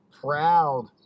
proud